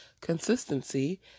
consistency